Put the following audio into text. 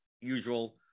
Usual